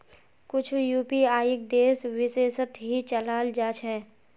कुछु यूपीआईक देश विशेषत ही चलाल जा छे